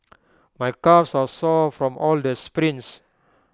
my calves are sore from all the sprints